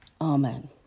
Amen